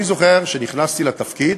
אני זוכר, כשנכנסתי לתפקיד